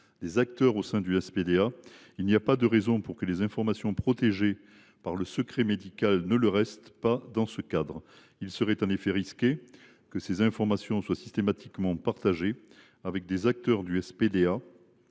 des acteurs au sein du SPDA, mais il n’y a pas de raison pour que les informations qui sont protégées par le secret médical ne le restent pas dans ce cadre. Il serait en effet risqué que de telles informations soient systématiquement partagées avec des acteurs du SPDA